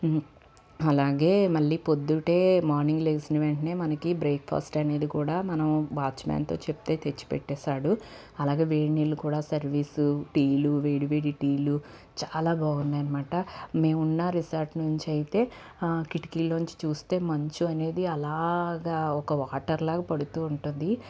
అలాగే మళ్లీ పొద్దుటే మార్నింగ్ లేచిన వెంటనే మనకి బ్రేక్ఫాస్ట్ అనేది కూడా మనం వాచ్మెన్తో చెప్తే తెచ్చి పెట్టేసాడు అలాగే వేడి నీళ్లు కూడా సర్వీస్ టీలు వేడివేడి టీలు చాలా బాగున్నాయి అనమాట మేము ఉన్న రిసార్ట్ నుంచి అయితే కిటికీలోంచి చూస్తే మంచు అనేది అలాగా ఒక వాటర్లాగా పడుతూ ఉంటుంది